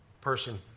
person